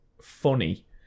funny